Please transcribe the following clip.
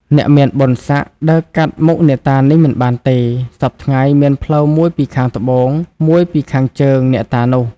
អ្នកមានបុណ្យស័ក្ដិ ដើរកាត់មុខអ្នកតានេះ មិនបានទេ សព្វថ្ងៃ មានផ្លូវមួយពីខាងត្បូង មួយពីខាងជើងអ្នកតានោះ ។